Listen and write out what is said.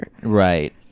right